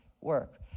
work